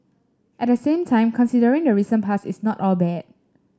at the same time considering the recent past it's not all bad